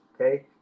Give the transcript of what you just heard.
Okay